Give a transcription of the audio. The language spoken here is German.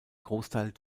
großteil